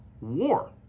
War